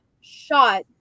shot